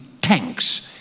Tanks